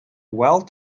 well